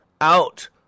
out